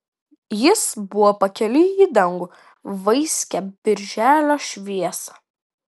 jis buvo pakeliui į dangų vaiskią birželio šviesą